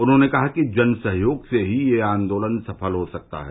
उन्होंने कहा कि जनसहयोग से ही यह आंदोलन सफल हो सका है